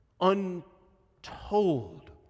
untold